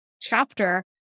chapter